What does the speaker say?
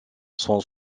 sont